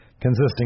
consisting